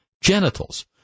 genitals